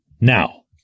Now